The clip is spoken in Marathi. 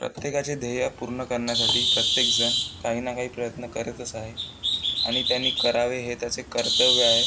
प्रत्येकाचे ध्येय पूर्ण करण्यासाठी प्रत्येकजण काही ना काही प्रयत्न करतच आहे आणि त्यानी करावे हे त्याचे कर्तव्य आहे